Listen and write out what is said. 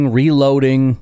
reloading